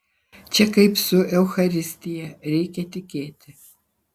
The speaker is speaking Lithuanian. čia kaip su eucharistija reikia tikėti